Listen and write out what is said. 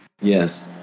Yes